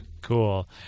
Cool